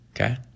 Okay